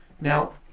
now